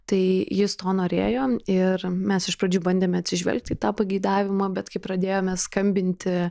tai jis to norėjo ir mes iš pradžių bandėme atsižvelgti į tą pageidavimą bet kai pradėjome skambinti